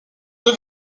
deux